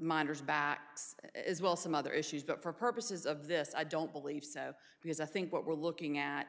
minors backs as well some other issues but for purposes of this i don't believe so because i think what we're looking at